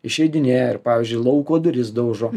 išeidinėja ir pavyzdžiui lauko duris daužo